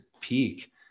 peak